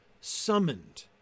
summoned